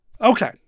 Okay